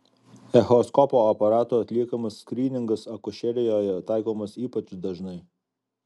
echoskopo aparatu atliekamas skryningas akušerijoje taikomas ypač dažnai